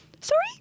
sorry